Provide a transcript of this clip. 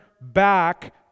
back